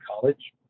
college